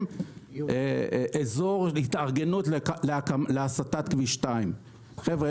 אזור התארגנות להסטת כביש 2. חבר'ה,